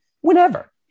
whenever